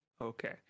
Okay